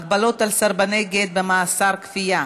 הגבלות על סרבני גט במאסר כפייה),